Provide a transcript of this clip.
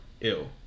ill